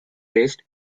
based